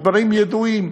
והדברים ידועים,